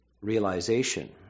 realization